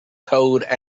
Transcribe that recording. code